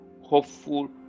hopeful